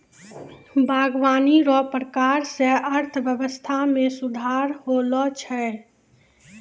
बागवानी रो प्रकार से अर्थव्यबस्था मे सुधार होलो छै